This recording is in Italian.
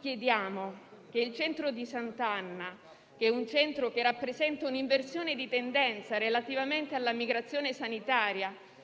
Chiediamo dunque, per il centro di Sant'Anna, che rappresenta un'inversione di tendenza rispetto alla migrazione sanitaria,